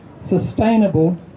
Sustainable